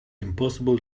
impossible